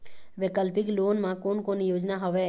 वैकल्पिक लोन मा कोन कोन योजना हवए?